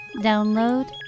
Download